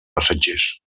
passatgers